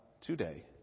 today